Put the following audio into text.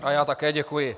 A já také děkuji.